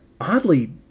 oddly